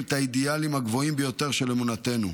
את האידיאלים הגבוהים ביותר של אמונתנו.